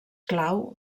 clau